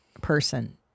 person